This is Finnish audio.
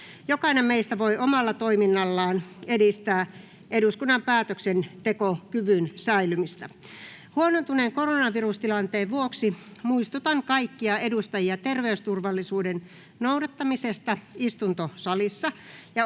Jokainen meistä voi omalla toiminnallaan edistää eduskunnan päätöksentekokyvyn säilymistä. Huonontuneen koronavirustilanteen vuoksi muistutan kaikkia edustajia terveysturvallisuuden noudattamisesta istuntosalissa